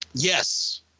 yes